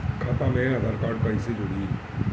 खाता मे आधार कार्ड कईसे जुड़ि?